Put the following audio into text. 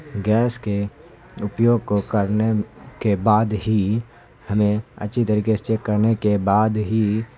gas کے اپیوگ کو کرنے کے بعد ہی ہمیں اچھی طریقے سے چیک کرنے کے بعد ہی